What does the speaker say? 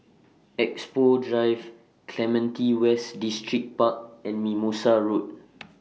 Expo Drive Clementi West Distripark and Mimosa Road